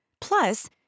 Plus